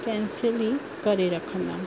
cancel ई करे रखंदमि